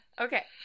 Okay